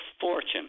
fortune